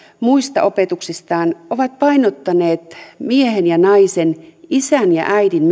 muista opetuksistaan painottaneet miehen ja naisen isän ja äidin